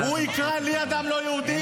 הוא יקרא לי אדם לא יהודי?